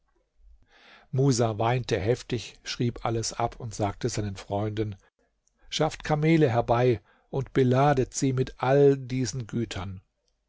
musa weinte heftig schrieb alles ab und sagte seinen freunden schafft kamele herbei und beladet sie mit allen diesen gütern